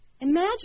imagine